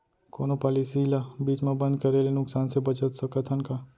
कोनो पॉलिसी ला बीच मा बंद करे ले नुकसान से बचत सकत हन का?